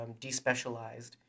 despecialized